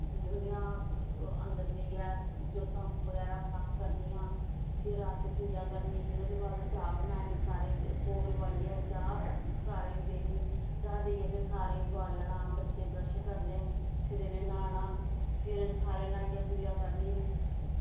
उंदियां अन्दर जेईयै जोतां बगैरा साफ करनियां फिर अस पूजा करनी फिर ओह्दे बाद च चाह् बनानी सारें गी भोग लोआईयै चाह् सारे गी देनी चाह् देईयै फिर सारें गी ठोआलना बच्चें ब्रश करने फिर इनें न्हाना फिर सारैं न्हाईयै पूजा करनी